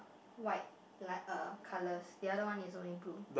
white like a colours the other one is only blue